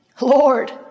Lord